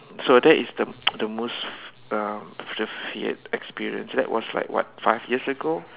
so that is the the most um the feared experience that was like what five years ago